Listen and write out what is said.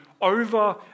over